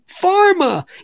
pharma